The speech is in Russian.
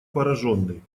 пораженный